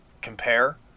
compare